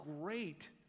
great